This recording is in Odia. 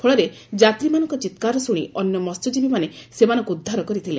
ଫଳରେ ଯାତ୍ରୀମାନଙ୍କ ଚିକାର ଶ୍ରୁଶି ଅନ୍ୟ ମହ୍ୟଜୀବୀମାନେ ସେମାନଙ୍କୁ ଉଦ୍ଧାର କରିଥିଲେ